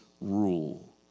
rule